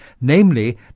namely